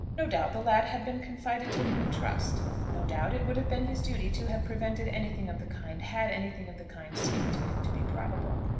no doubt the lad had been confided to him in trust. no doubt it would have been his duty to have prevented anything of the kind, had anything of the kind seemed to him to be probable.